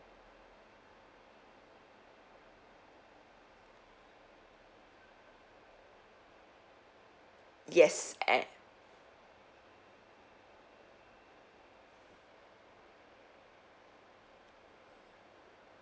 yes an~